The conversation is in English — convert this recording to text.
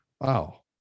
wow